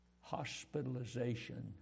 hospitalization